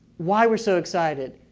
why we're so excited.